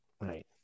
Right